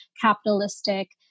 capitalistic